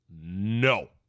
no